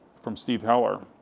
from steve heller,